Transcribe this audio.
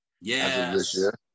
Yes